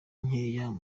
nkeya